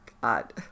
god